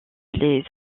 les